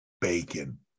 bacon